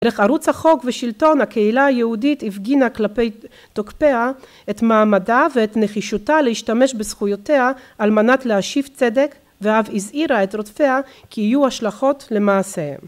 דרך ערוץ החוק ושלטון הקהילה היהודית הפגינה כלפי תוקפיה את מעמדה ואת נחישותה להשתמש בזכויותיה על מנת להשיב צדק ואף הזהירה את רודפיה כי יהיו השלכות למעשיהם